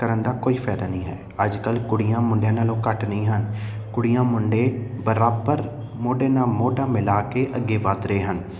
ਕਰਨ ਦਾ ਕੋਈ ਫਾਇਦਾ ਨਹੀਂ ਹੈ ਅੱਜ ਕੱਲ੍ਹ ਕੁੜੀਆਂ ਮੁੰਡਿਆਂ ਨਾਲੋਂ ਘੱਟ ਨਹੀਂ ਹਨ ਕੁੜੀਆਂ ਮੁੰਡੇ ਬਰਾਬਰ ਮੋਢੇ ਨਾਲ ਮੋਢਾ ਮਿਲਾ ਕੇ ਅੱਗੇ ਵੱਧ ਰਹੇ ਹਨ